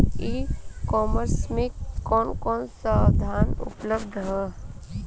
ई कॉमर्स में कवन कवन साधन उपलब्ध ह?